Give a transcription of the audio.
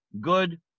good